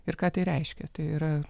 ir ką tai reiškia tai yra